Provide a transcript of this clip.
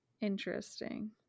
interesting